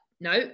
No